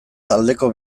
taldeko